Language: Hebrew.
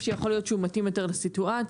שיכול להיות שהוא מתאים יותר לסיטואציה,